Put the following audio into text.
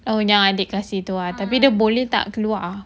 oh yang adik kasih tu tapi boleh tak keluar